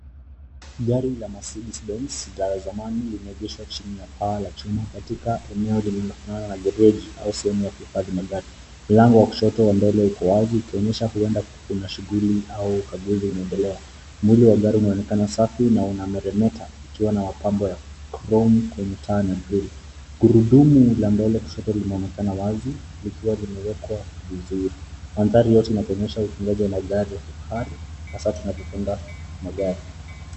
Gari la Mercedes Benz la zamani limeegeshwa chini ya paa la chuma katika eneo lililopakana na gereji au sehemu ya kuhifadhi magari. Mlango wa kushoto wa mbele uko wazi ukionyesha huenda kuna shughuli au ukaguzi unaendelea. Mwili wa gari unaonekana safi na unameremeta ukiwa na mapambo ya chrome kwenye taa na breki. Gurudumu la mbele kushoto linaoneana wazi likiwa limewekwa vizuri. Mandhari yote inatuonyesha utunzaji wa magari hasa tunavyotunza magari.